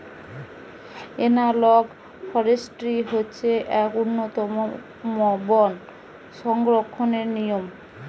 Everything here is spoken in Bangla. এনালগ ফরেষ্ট্রী হচ্ছে এক উন্নতম বন সংরক্ষণের নিয়ম